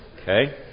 Okay